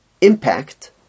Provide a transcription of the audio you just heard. impact